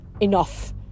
Enough